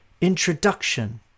introduction